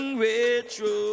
retro